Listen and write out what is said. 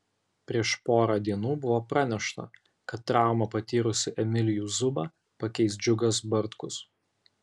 prieš porą dienų buvo pranešta kad traumą patyrusį emilijų zubą pakeis džiugas bartkus